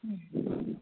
ओं